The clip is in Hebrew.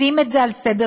שים את זה על סדר-יומך,